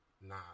nah